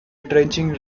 drenching